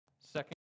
Second